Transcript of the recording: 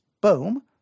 Boom